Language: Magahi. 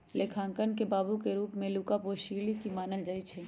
लेखांकन के बाबू के रूप में लुका पैसिओली के मानल जाइ छइ